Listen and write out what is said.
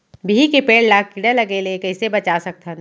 बिही के पेड़ ला कीड़ा लगे ले कइसे बचा सकथन?